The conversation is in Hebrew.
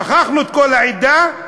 שכחנו את כל העדה,